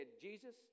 Jesus